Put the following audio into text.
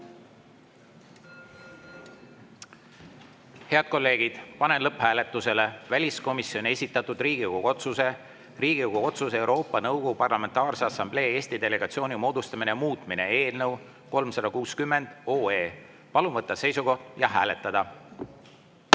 Head kolleegid! Panen lõpphääletusele väliskomisjoni esitatud Riigikogu otsuse "Riigikogu otsuse "Euroopa Nõukogu Parlamentaarse Assamblee Eesti delegatsiooni moodustamine" muutmine" eelnõu 360. Palun võtta seisukoht ja hääletada.